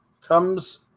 comes